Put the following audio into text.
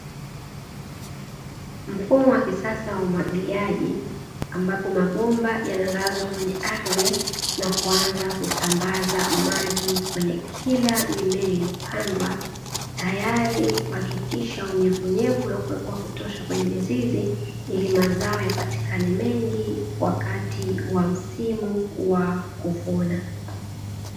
Mfumo wa kisasa wa umwagiliaji, ambapo mabomba yanalazwa kwenye ardhi na kuanza kusambaza maji kwenye kila mimea iliyopandwa. Tayari kuhakikisha unyevunyevu unakuwepo wa kutosha kwenye mizizi ili mazao yapatikane mengi wakati wa msimu wa kuvuna.